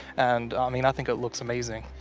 and, i mean, i think it looks amazing.